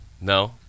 No